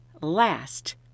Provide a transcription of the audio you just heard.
last